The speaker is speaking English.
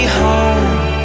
home